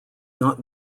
not